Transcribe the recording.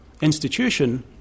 institution